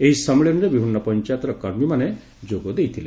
ଏହି ସମ୍ମିଳନୀରେ ବିଭିନ୍ନ ପଞ୍ଚାୟତର କର୍ମୀମାନେ ଯୋଗ ଦେଇଥିଲେ